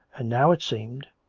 and now, it seemed,